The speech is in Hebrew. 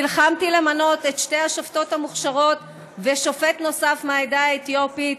נלחמתי למנות את שתי השופטות המוכשרות ושופט נוסף מהעדה האתיופית,